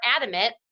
adamant